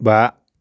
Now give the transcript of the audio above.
बा